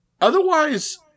Otherwise